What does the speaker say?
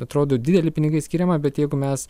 atrodo dideli pinigai skiriama bet jeigu mes